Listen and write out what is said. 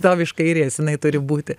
tau iš kairės jinai turi būti